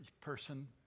person